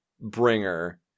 Bringer